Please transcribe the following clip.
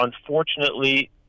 unfortunately